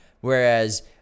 Whereas